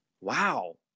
wow